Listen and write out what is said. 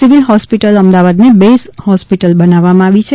civil hospital અમદાવાદને base hospital બનાવવામાં આવી છે